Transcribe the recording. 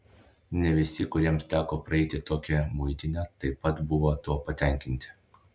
ne visi kuriems teko praeiti tokią muitinę taip pat buvo tuo patenkinti